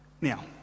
Now